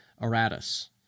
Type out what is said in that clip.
Aratus